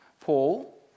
Paul